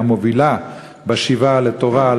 היא המובילה בשיבה לתורה,